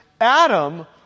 Adam